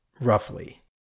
roughly